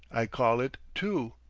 i call it, too.